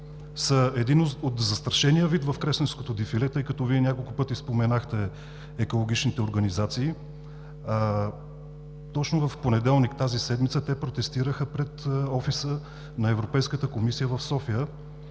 са един от застрашените видове в Кресненското дефиле. Тъй като Вие няколко пъти споменахте екологичните организации, точно в понеделник тази седмица те протестираха пред офиса на Европейската комисия в София.